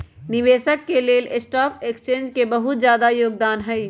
निवेशक स के लेल स्टॉक एक्सचेन्ज के बहुत जादा योगदान हई